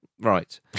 Right